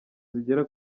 zigera